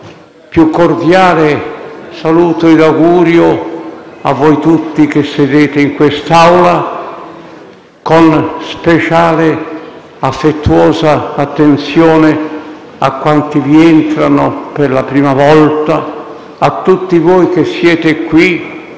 più cordiale saluto e augurio a voi tutti che sedete in quest'Aula, con speciale, affettuosa attenzione a quanti vi entrano per la prima volta; a tutti voi che sedete qui,